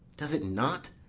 does it not,